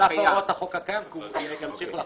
על אף הוראות החוק הקיים, כי הוא ימשיך לחול.